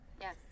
Yes